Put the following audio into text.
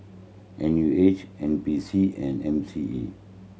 N U H N P C and M C E